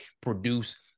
produce